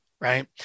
right